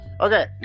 Okay